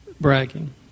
bragging